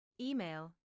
email